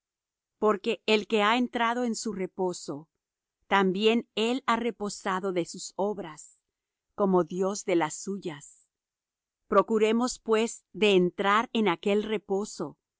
porque el que ha entrado en su reposo también él ha reposado de sus obras como dios de las suyas procuremos pues de entrar en aquel reposo